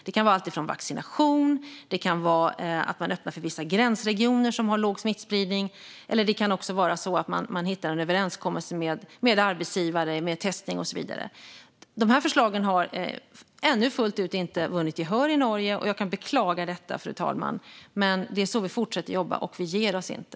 Det kan handla om vaccination, att öppna för vissa gränsregioner som har låg smittspridning, att nå en överenskommelse med arbetsgivare om testning och så vidare. Dessa förslag har ännu inte fullt ut vunnit gehör i Norge, och det beklagar jag. Men vi fortsätter att jobba på det, och vi ger oss inte.